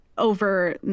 Over